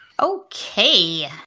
Okay